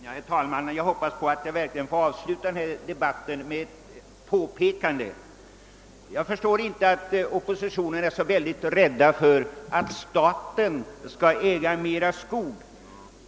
Herr talman! Jag hoppas att få sluta denna debatt med ett par påpekanden. Jag förstår inte varför oppositionen är så oerhört rädd för att staten skall äga mer skog.